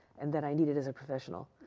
and that i needed as a professional.